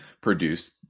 produced